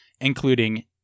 including